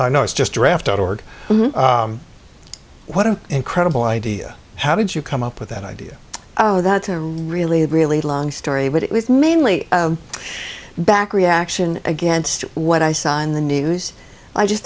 i know it's just draft org what an incredible idea how did you come up with that idea that's a really really long story but it was mainly back reaction against what i saw on the news i just